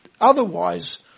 otherwise